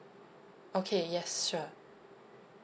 okay yes sure